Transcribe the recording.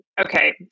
okay